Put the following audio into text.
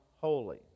holy